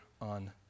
on